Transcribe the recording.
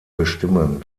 bestimmen